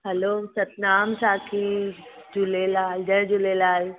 hello Satnam साखी झूलेलाल जय झूलेलाल